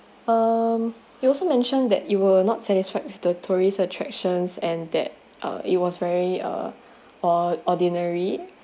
um you also mentioned that you are not satisfied with the tourist attractions and that it was very uh or~ ordinary